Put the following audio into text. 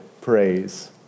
praise